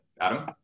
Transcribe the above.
Adam